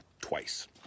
twice